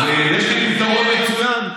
אז יש לי פתרון מצוין.